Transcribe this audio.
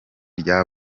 rya